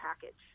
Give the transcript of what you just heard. package